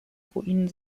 ruinen